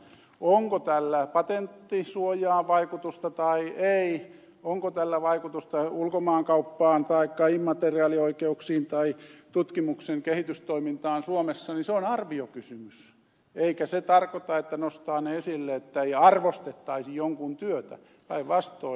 onko tällä patenttisuojaan vaikutusta tai ei onko tällä vaikutusta ulkomaankauppaan taikka immateriaalioikeuksiin tai tutkimukseen kehitystoimintaan suomessa se on arviokysymys eikä se tarkoita että nostaa ne esille että ei arvostettaisi jonkun työtä päinvastoin